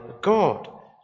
God